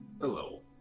Hello